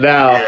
Now